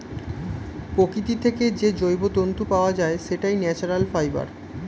প্রকৃতি থেকে যে জৈব তন্তু পাওয়া যায়, সেটাই ন্যাচারাল ফাইবার